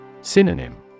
Synonym